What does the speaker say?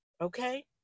okay